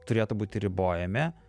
turėtų būti ribojami